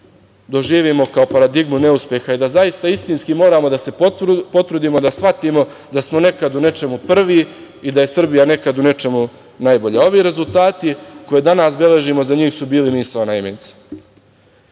doživimo kao paradigmu neuspeha i da zaista istinski moramo da se potrudimo i da shvatimo da smo nekad u nečemu prvi i da je Srbija nekad u nečemu najbolja. Ove rezultate koje danas beležimo za njih su bile misaone imenice.